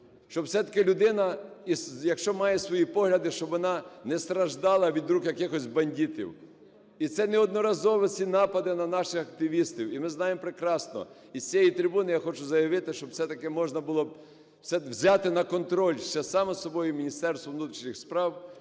щоб все-таки людина, якщо має свої погляди, щоб вона не страждала від рук якихось бандитів. І це неодноразово ці напади на наших активістів, і ми знаємо прекрасно. І з цієї трибуни я хочу заявити, що можна було б взяти на контроль Міністерству внутрішніх справ,